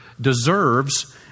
deserves